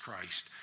Christ